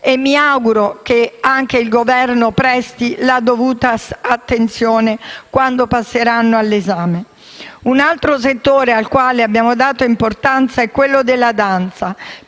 e mi auguro che anche il Governo presti la dovuta attenzione quando passeremo al loro esame. Un altro settore al quale abbiamo dato importanza è quello della danza,